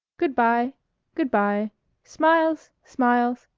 good-by good-by smiles! smiles!